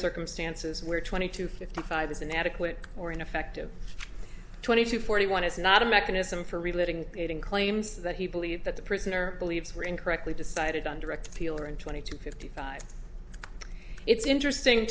circumstances where twenty two fifty five is inadequate or ineffective twenty two forty one is not a mechanism for relating claims that he believes that the prisoner believes were incorrectly decided on direct appeal or in twenty to fifty five it's interesting